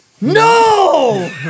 no